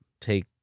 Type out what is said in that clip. take